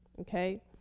Okay